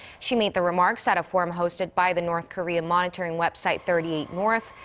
she made the remarks at a forum hosted by the north korean monitoring website thirty eight north.